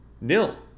nil